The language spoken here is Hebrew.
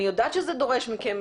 אני יודעת שזה דורש מכם